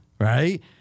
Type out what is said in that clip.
right